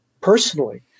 personally